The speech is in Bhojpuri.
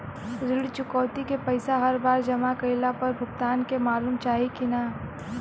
ऋण चुकौती के पैसा हर बार जमा कईला पर भुगतान के मालूम चाही की ना?